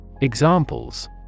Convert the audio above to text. Examples